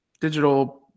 digital